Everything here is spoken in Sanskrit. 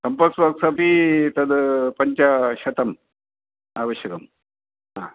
कम्पास् बाक्स् अपि तद् पञ्चशतम् आवश्यकं हा